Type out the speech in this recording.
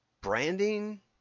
branding